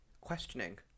questioning